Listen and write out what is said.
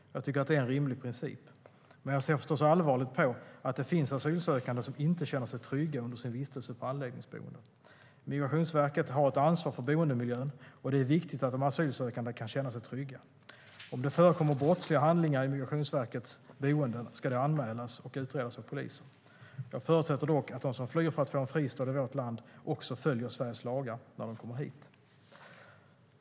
Jag tycker att det är en rimlig princip. Men jag ser förstås allvarligt på att det finns asylsökande som inte känner sig trygga under sin vistelse på anläggningsboenden. Migrationsverket har ett ansvar för boendemiljön, och det är viktigt att de asylsökande kan känna sig trygga. Om det förekommer brottsliga handlingar i Migrationsverkets boenden ska det anmälas och utredas av polisen. Jag förutsätter dock att de som flyr för att få en fristad i vårt land också följer Sveriges lagar när de kommer hit.